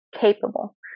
capable